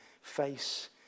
face